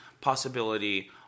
possibility